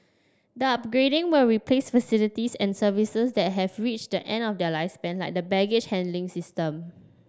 the upgrading will replace facilities and services that have reached the end of their lifespan like the baggage handling system